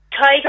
Tiger